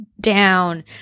down